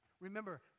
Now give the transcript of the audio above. remember